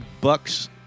Bucks